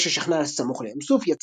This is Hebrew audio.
מפני ששכנה סמוך לים סוף,